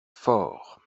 forts